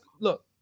look